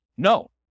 No